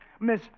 Miss